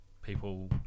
people